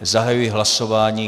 Zahajuji hlasování.